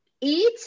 eat